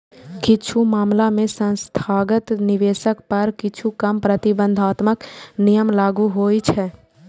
किछु मामला मे संस्थागत निवेशक पर किछु कम प्रतिबंधात्मक नियम लागू होइ छै